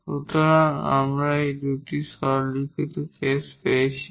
সুতরাং আমরা এই দুটি সরলীকৃত কেস পেয়েছি